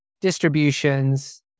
distributions